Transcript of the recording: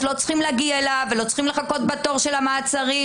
לא צריך להגיע אליו ולא צריך לחכות בתור של המעצרים.